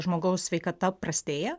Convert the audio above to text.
žmogaus sveikata prastėja